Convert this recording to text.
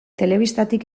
telebistatik